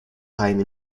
time